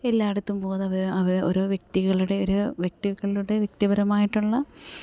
എല്ലായിടത്തും പോകുന്നത് അവെ ഓരോ വ്യക്തികളുടെ ഒരൂ വ്യക്തികളുടെ വ്യക്തിപരമായിട്ടുള്ള